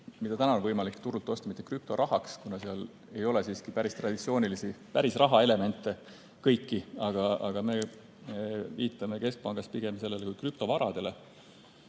mida täna on võimalik turult osta, mitte krüptorahaks, kuna seal ei ole siiski kõiki traditsioonilisi päris raha elemente, vaid me viitame keskpangas pigem sellele fenomenile kui krüptovaradele.